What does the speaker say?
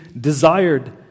desired